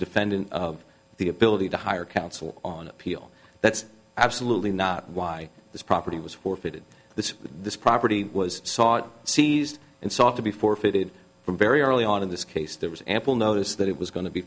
defendant of the ability to hire counsel on appeal that's absolutely not why this property was forfeited this this property was sought seized and sought to be forfeited from very early on in this case there was ample notice that it was going to be